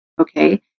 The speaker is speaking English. Okay